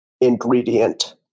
ingredient